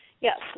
Yes